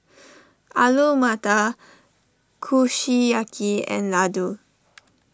Alu Matar Kushiyaki and Ladoo